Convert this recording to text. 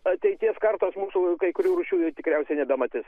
ateities kartos mūsų kai kurių rūšių jau tikriausiai nebematys